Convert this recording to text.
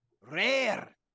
Rare